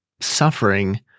suffering